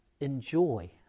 enjoy